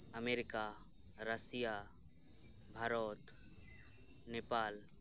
America Russia Bharat Nepal